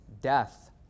death